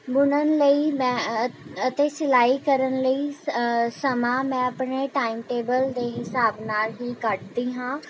ਬੁਣਨ ਲਈ ਮੈਂ ਅਤੇ ਸਿਲਾਈ ਕਰਨ ਲਈ ਸਮਾਂ ਮੈਂ ਆਪਣੇ ਟਾਈਮ ਟੇਬਲ ਦੇ ਹਿਸਾਬ ਨਾਲ ਹੀ ਕੱਢਦੀ ਹਾਂ